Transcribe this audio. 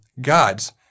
gods